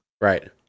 Right